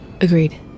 Agreed